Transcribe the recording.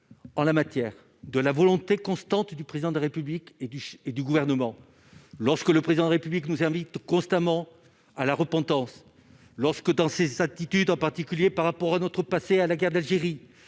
en la matière, de la volonté constante du président de la République et du et du gouvernement, lorsque le président de la République nous invitent constamment à la repentance lorsque dans ses aptitudes, en particulier par rapport à notre passé à la guerre d'Algérie,